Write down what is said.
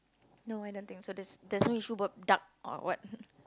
no I don't think so there's there's no issue about dark or what